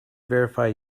verify